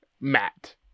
Matt